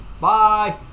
Bye